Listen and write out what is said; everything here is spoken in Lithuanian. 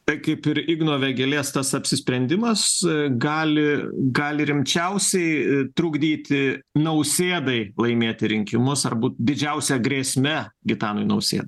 tai kaip ir igno vėgėlės tas apsisprendimas gali gali rimčiausiai trukdyti nausėdai laimėti rinkimus ar būt didžiausia grėsme gitanui nausėdai